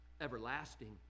everlasting